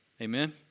amen